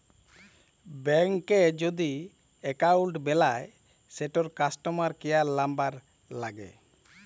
ব্যাংকে যদি এক্কাউল্ট বেলায় সেটর কাস্টমার কেয়ার লামবার ল্যাগে